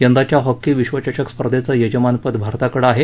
यंदाच्या हॉकी विश्वचषक स्पर्धेचं यजमानपद भारताकडे आहे